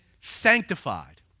sanctified